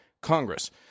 Congress—